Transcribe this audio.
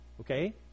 Okay